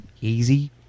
easy